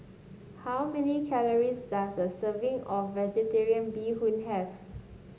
how many calories does a serving of vegetarian Bee Hoon have